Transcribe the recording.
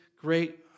great